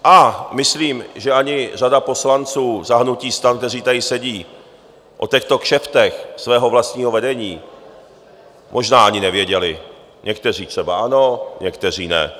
A myslím, že ani řada poslanců za hnutí STAN, kteří tady sedí, o těchto kšeftech svého vlastního vedení možná ani nevěděli, někteří třeba ano, někteří ne.